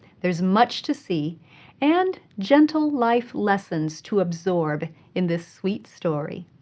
there is much to see and gentle life lessons to absorb in this sweet story.